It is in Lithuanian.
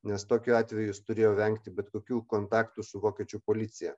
nes tokiu atveju jis turėjo vengti bet kokių kontaktų su vokiečių policija